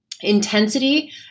intensity